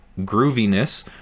grooviness